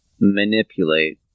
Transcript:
manipulate